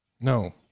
no